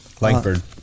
Langford